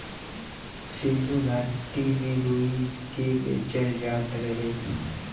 सिन्धु घाटी में रुई के बेचल जात रहे